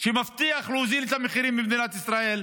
שמבטיח להוריד את המחירים במדינת ישראל,